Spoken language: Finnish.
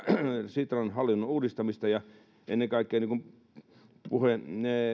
sitran hallinnon uudistamista ennen kaikkea niin kuin